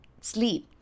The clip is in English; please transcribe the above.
sleep